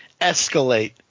escalate